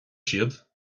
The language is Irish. siad